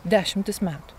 dešimtis metų